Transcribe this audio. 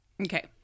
Okay